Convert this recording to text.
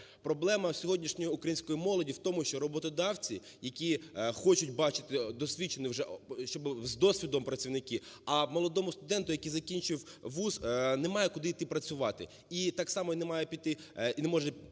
Проблема сьогоднішньої української молоді в тому, що роботодавці, які хочуть бачити досвідчених, щоб з досвідом працівники, а молодому студенту, який закінчив вуз, немає куди йти працювати. І так само не може піти